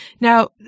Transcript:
Now